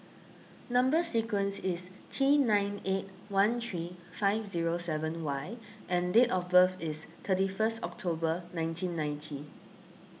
Number Sequence is T nine eight one three five zero seven Y and date of birth is thirty first October nineteen ninety